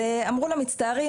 אמרו לה מצטערים,